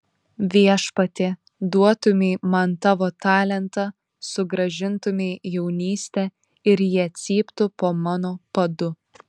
viešpatie duotumei man tavo talentą sugrąžintumei jaunystę ir jie cyptų po mano padu